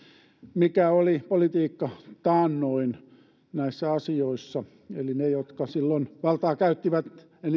mikä oli politiikka taannoin näissä asioissa eli ne jotka silloin valtaa käyttivät